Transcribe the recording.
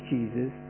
Jesus